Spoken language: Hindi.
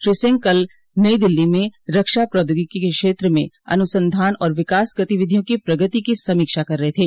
श्री सिंह कल नई दिल्ली में रक्षा प्रौद्योगिकी के क्षेत्र में अनुसंधान और विकास गतिविधियों की प्रगति की समीक्षा कर रहे थे